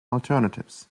alternatives